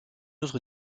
autre